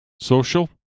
social